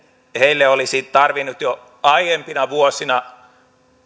heille olisi tarvinnut jo aiempina vuosina